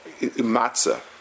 matzah